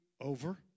over